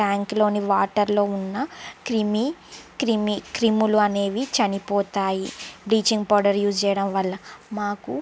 ట్యాంకులోని వాటర్లో ఉన్న క్రిమి క్రిమి క్రిములు అనేవి చనిపోతాయి బ్లీచింగ్ పౌడర్ యూస్ చేయడం వల్ల మాకు